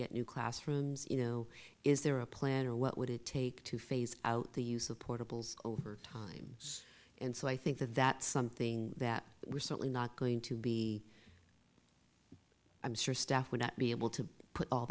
get new classrooms you know is there a plan or what would it take to phase out the use of portables over time and so i think that that's something that we're certainly not going to be i'm sure staff will not be able to put all